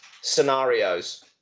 scenarios